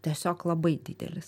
tiesiog labai didelis